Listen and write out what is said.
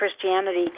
Christianity